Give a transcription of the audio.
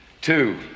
two